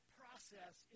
process